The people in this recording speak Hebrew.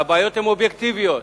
והבעיות הן אובייקטיביות,